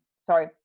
sorry